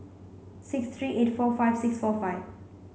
six three eight four five six four five